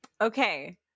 okay